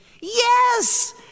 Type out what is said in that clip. Yes